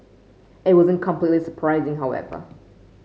it wasn't completely surprising however